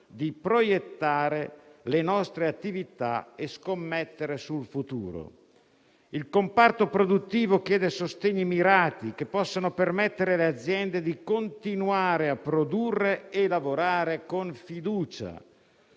di proiettare le nostre attività e scommettere sul futuro. Il comparto produttivo chiede sostegni mirati, che permettano alle aziende di continuare a produrre e lavorare con fiducia.